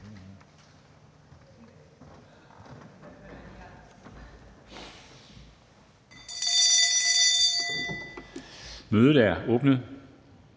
Mødet er åbnet.